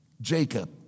Jacob